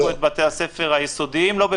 גם בתקנות רגילות שלא קשורות לקורונה